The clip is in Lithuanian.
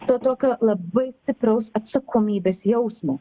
to tokio labai stipraus atsakomybės jausmo